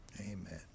Amen